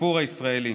הסיפור הישראלי.